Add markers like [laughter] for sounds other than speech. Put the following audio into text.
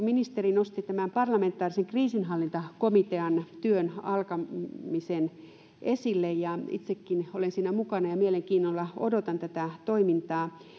[unintelligible] ministeri nosti tämän parlamentaarisen kriisinhallintakomitean työn alkamisen esille itsekin olen siinä mukana ja mielenkiinnolla odotan tätä toimintaa